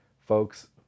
Folks